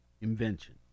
invention